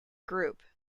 group